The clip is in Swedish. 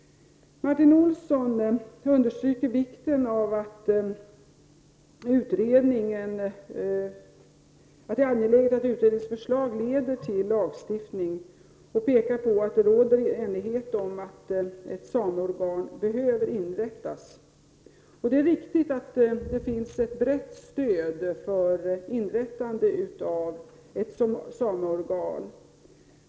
Martin Olsson understryker vikten av ätt utredningens förslag leder till lagstiftning och pekar på att det råder enighet om att ett sameorgan behöver inrättas. Det är riktigt att det finns ett brett stöd för inrättande av ett sameor gan.